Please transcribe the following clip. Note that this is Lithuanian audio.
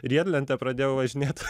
riedlente pradėjau važinėt